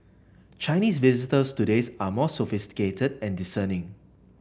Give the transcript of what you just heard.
Chinese visitors today are more sophisticated and discerning